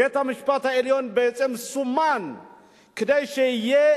בית-המשפט העליון בעצם סומן כדי שיהיה,